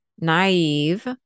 naive